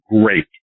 great